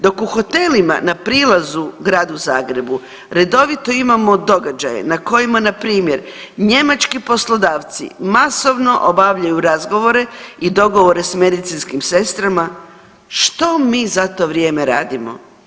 Dok u hotelima na prilazu Gradu Zagrebu redovito imamo događaje na kojima npr. njemački poslodavci masovno obavljaju razgovore i dogovore s medicinskim sestrama, što mi za to vrijeme radimo.